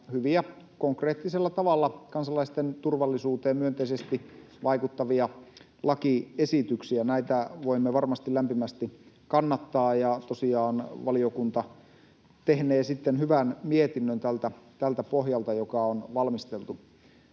hyviä, konkreettisella tavalla kansalaisten turvallisuuteen myönteisesti vaikuttavia lakiesityksiä. Näitä voimme varmasti lämpimästi kannattaa, ja tosiaan valiokunta tehnee sitten hyvän mietinnön tältä pohjalta, joka on valmisteltu.